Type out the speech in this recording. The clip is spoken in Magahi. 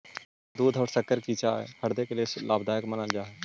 बगैर दूध और शक्कर की चाय हृदय के लिए लाभदायक मानल जा हई